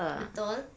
betul